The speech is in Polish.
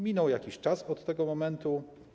Minął jakiś czas od tego momentu.